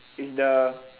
it's the